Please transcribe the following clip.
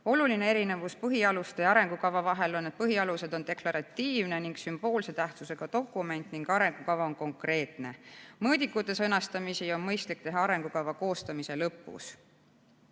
Oluline erinevus põhialuste ja arengukava vahel on see, et põhialused on deklaratiivne ja sümboolse tähtsusega dokument ning arengukava on konkreetne. Mõõdikute sõnastamist on mõistlik teha arengukava koostamise lõpus.